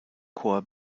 chor